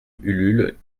ulule